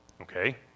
Okay